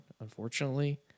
unfortunately